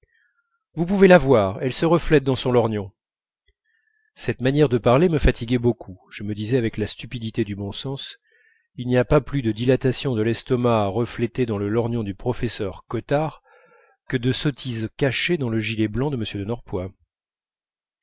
vous pouvez la voir elle se reflète dans son lorgnon cette manière de parler me fatiguait beaucoup je me disais avec la stupidité du bon sens il n'y a pas plus de dilatation de l'estomac reflétée dans le lorgnon du professeur cottard que de sottises cachées dans le gilet blanc de m de